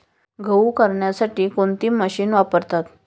गहू करण्यासाठी कोणती मशीन वापरतात?